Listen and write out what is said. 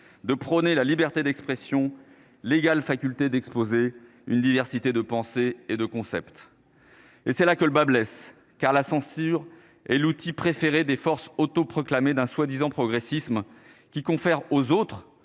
de prôner la liberté d'expression légale faculté d'exposer une diversité de pensée et de concepts. Et c'est là que le bât blesse car la censure et l'outil préféré des forces autoproclamé d'un soi-disant progressisme qui confère aux autres,